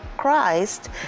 Christ